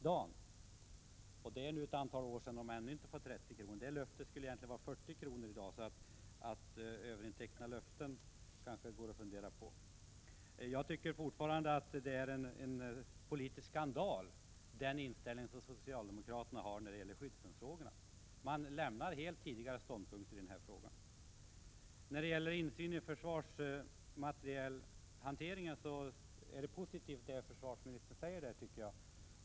Det har nu förflutit ett antal år utan att de värnpliktiga fått den ersättningen. I dag borde ersättningen egentligen vara 40 kr. Så man får kanske fundera på överintäckandet av löften. Fortfarande tycker jag att socialdemokraternas inställning till skyddsrumsfrågorna är en politisk skandal. Socialdemokraterna har helt lämnat de tidigare ståndpunkterna i frågan. Beträffande försvarsmaterielhanteringen vill jag framhålla att vad försvarsministern sade är positivt.